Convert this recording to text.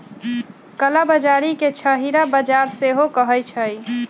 कला बजारी के छहिरा बजार सेहो कहइ छइ